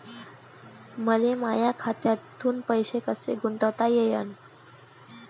मले माया खात्यातून पैसे कसे गुंतवता येईन?